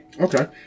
Okay